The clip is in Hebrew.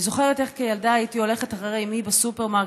אני זוכרת איך כילדה הייתי הולכת אחרי אימי בסופרמרקט,